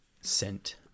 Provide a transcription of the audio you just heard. scent